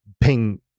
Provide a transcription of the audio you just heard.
ping